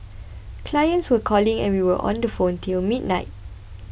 clients were calling and we were on the phone till midnight